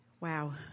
Wow